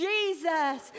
Jesus